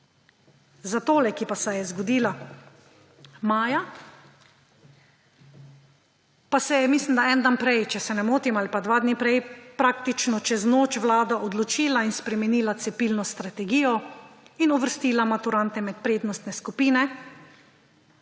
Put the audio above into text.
Za tole, ki pa se je zgodila maja, pa se je – mislim, da en dan prej, če se ne motim, ali pa dva dni prej – praktično čez noč Vlada odločila in spremenila cepilno strategijo in uvrstila maturante med prednostne skupine,